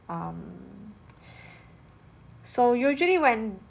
um so usually when